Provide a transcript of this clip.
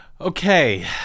Okay